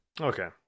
okay